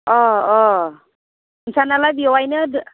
अ अ नोंसोरनालाय बेवहायनो होदों